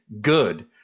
good